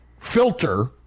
filter